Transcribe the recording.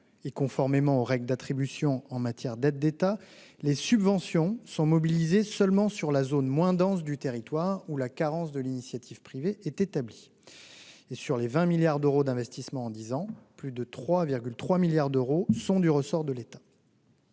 que conformément aux règles d'attribution en matière d'aides d'État, les subventions sont mobilisées seulement sur la zone moins dense du territoire où la carence de l'initiative privée est établie. Sur les 20 milliards d'euros d'investissements effectués en dix ans, plus de 3,3 milliards d'euros sont du ressort de l'État.